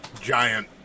giant